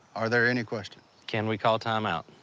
are there any questions? can we call time-out?